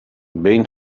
ben